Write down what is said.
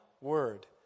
word